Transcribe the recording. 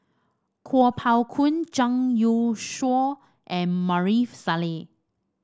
Kuo Pao Kun Zhang Youshuo and Maarof Salleh